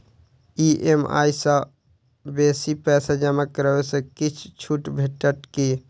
EMI सँ बेसी पैसा जमा करै सँ किछ छुट भेटत की?